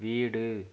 வீடு